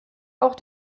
auch